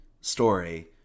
story